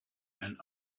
and